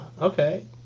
okay